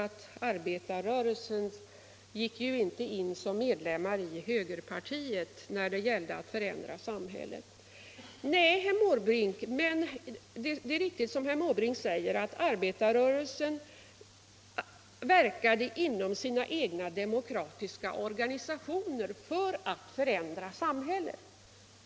Han sade att arbetarrörelsens medlemmar ju inte gick in som medlemmar i högerpartiet för att förändra samhället. Nej, herr Måbrink, det gjorde de inte. Det är riktigt, som herr Måbrink säger, att arbetarrörelsen verkade inom sina egna demokratiska organisationer för att förändra samhället.